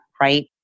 right